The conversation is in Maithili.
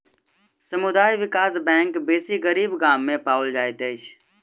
समुदाय विकास बैंक बेसी गरीब गाम में पाओल जाइत अछि